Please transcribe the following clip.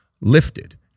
lifted